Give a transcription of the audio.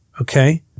Okay